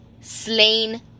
slain